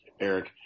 Eric